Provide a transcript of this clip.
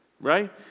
right